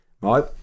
Right